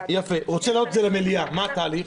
יפה, הוא רוצה להעלות את זה למליאה, מה התהליך?